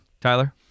Tyler